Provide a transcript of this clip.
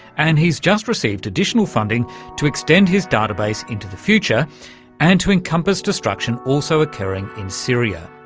and he's just received additional funding to extend his database into the future and to encompass destruction also occurring in syria.